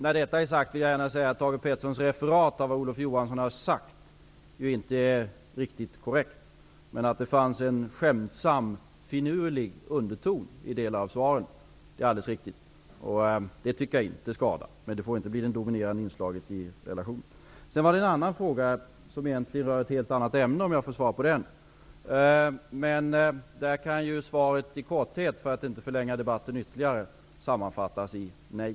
När detta är sagt vill jag gärna tillägga att Thage Petersons referat av vad Olof Johansson har sagt inte är riktigt korrekt. Att det fanns en skämtsam, finurlig underton i en del av svaren är alldeles riktigt. Det tycker jag inte skadar, men det får inte bli det dominerande inslaget i relationen. Den andra frågan rör egentligen ett helt annat ämne. För att inte ytterligare förlänga debatten kan jag i korthet svara: Nej.